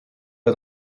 wie